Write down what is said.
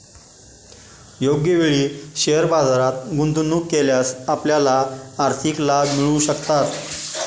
योग्य वेळी शेअर बाजारात गुंतवणूक केल्यास आपल्याला आर्थिक लाभ मिळू शकतात